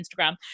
Instagram